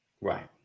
Right